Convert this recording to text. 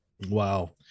Wow